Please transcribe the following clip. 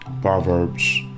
Proverbs